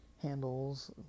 handles